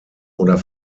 oder